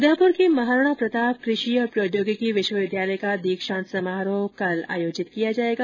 उदयपुर के महाराणा प्रताप कृषि और प्रौद्योगिक विश्वविद्यालय का दीक्षांत समारोह कल आयोजित किया जाएगा